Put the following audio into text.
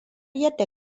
yadda